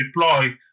deploy